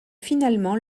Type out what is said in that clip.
finalement